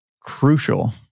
crucial